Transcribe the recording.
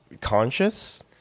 conscious